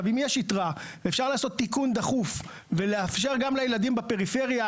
אם יש יתרה ואפשר לעשות תיקון דחוף ולאפשר גם לילדים בפריפריה,